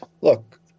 look